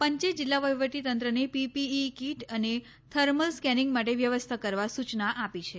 પંચે જીલ્લા વફીવટીતંત્રને પીપીઇ કીટ અને થર્મલ સ્કેનીંગ માટે વ્યવસ્થા કરવા સુચના આપી છે